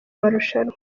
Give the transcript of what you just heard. marushanwa